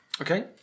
Okay